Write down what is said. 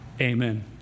amen